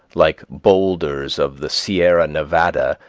like bowlders of the sierra nevada,